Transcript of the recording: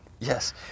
Yes